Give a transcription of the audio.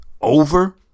Over